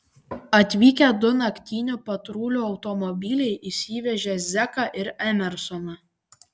atvykę du naktinių patrulių automobiliai išsivežė zeką ir emersoną